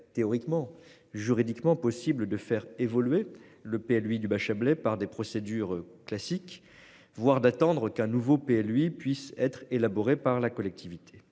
théoriquement juridiquement possible de faire évoluer le paie lui du bas Chablais par des procédures classiques, voire d'attendre qu'un nouveau lui puisse être élaboré par la collectivité.